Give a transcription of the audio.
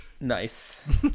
Nice